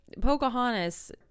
pocahontas